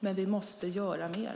Men vi måste göra mer.